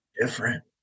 different